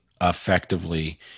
effectively